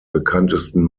bekanntesten